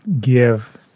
give